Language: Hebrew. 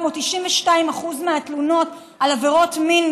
כמו 92% מהתלונות על עבירות מין,